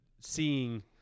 seeing